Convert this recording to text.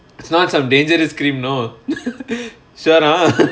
it's not some dangerous cream know sure not